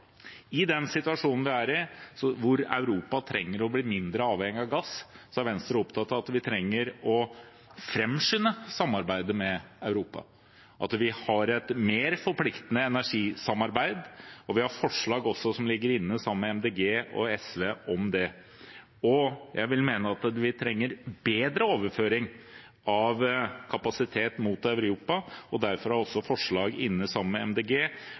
trenger å bli mindre avhengig av gass, er Venstre opptatt av at vi trenger å framskynde samarbeidet med Europa, og at vi trenger å ha et mer forpliktende energisamarbeid. Vi har også forslag om det sammen med SV og Miljøpartiet De Grønne. Jeg vil også mene at vi trenger en bedre overføring av kapasitet mot Europa, og derfor har vi også et forslag sammen med